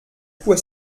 coup